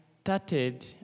started